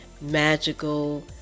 magical